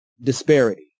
disparity